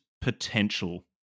Potential